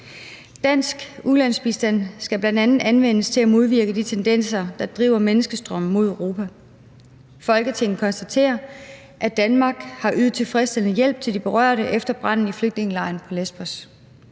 Dansk ulandsbistand skal bl.a. anvendes til at modvirke de tendenser, der driver menneskestrømme mod Europa. Folketinget konstaterer, at Danmark har ydet tilfredsstillende hjælp til de berørte efter branden i flygtningelejren på Lesbos.